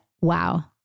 wow